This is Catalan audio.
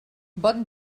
bon